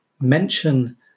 mention